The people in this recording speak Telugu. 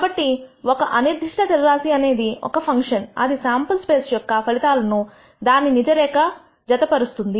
కాబట్టి ఒక అనిర్దిష్ట చర రాశి అనేది ఒక ఫంక్షన్ అది శాంపుల్ స్పేస్ యొక్క ఫలితాలను దాని నిజ రేఖకు జతపరుస్తుంది